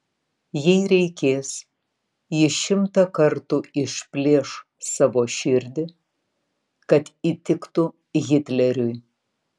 jei reikės jis šimtą kartų išplėš savo širdį kad įtiktų hitleriui